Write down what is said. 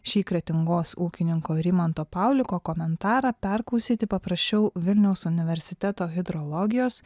šį kretingos ūkininko rimanto pauliko komentarą perklausyti paprašiau vilniaus universiteto hidrologijos